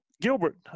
Gilbert